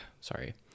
Sorry